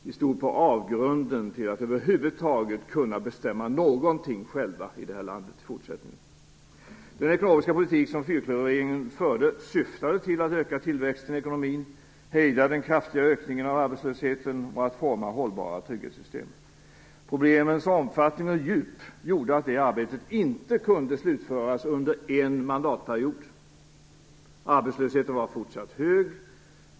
Vi stod på avgrunden till att inte kunna bestämma någonting själva över huvud taget i fortsättningen. Den ekonomiska politik som fyrklöverregeringen förde syftade till att öka tillväxten i ekonomin, hejda den kraftiga ökningen av arbetslösheten och att forma hållbara trygghetssystem. Problemens omfattning och djup gjorde att det arbetet inte kunde slutföras under en mandatperiod. Arbetslösheten var fortsatt hög.